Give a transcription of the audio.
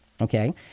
okay